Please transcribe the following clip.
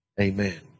Amen